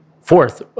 Fourth